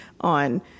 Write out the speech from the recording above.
on